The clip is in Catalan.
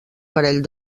parell